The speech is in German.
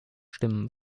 stimmen